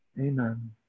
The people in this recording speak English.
Amen